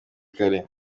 kare